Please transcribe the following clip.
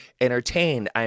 entertained